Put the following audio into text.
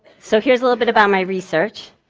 so here's a little bit about my research.